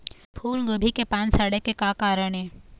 फूलगोभी के पान सड़े के का कारण ये?